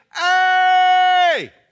Hey